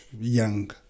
young